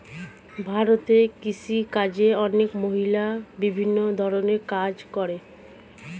ভারতে কৃষিকাজে অনেক মহিলা বিভিন্ন ধরণের কাজ করে